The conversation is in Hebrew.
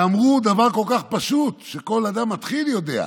אמרו דבר כל כך פשוט, שכל אדם מתחיל יודע: